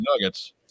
Nuggets